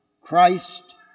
Christ